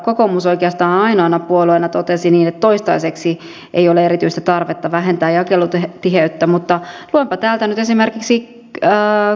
kokoomus oikeastaan ainoana puolueena totesi niin että toistaiseksi ei ole erityistä tarvetta vähentää jakelutiheyttä mutta luenpa täältä nyt esimerkiksi keskustan vastauksen